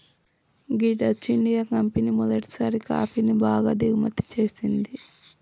గీ Dutch India company మొదటిసారి కాఫీని బాగా దిగుమతి చేసింది